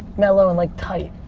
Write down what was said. mellow and like tight.